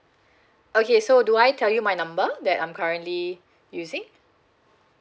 okay so do I tell you my number that I'm currently using